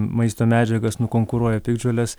maisto medžiagas nukonkuruoja piktžolės